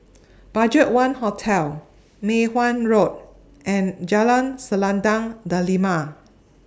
BudgetOne Hotel Mei Hwan Road and Jalan Selendang Delima